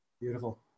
Beautiful